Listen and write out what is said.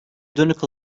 dönük